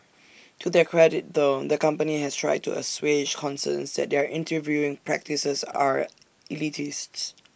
to their credit though the company has tried to assuage concerns that their interviewing practices are elitists